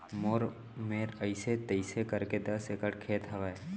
मोर मेर अइसे तइसे करके दस एकड़ खेत हवय